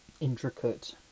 Intricate